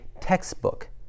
textbook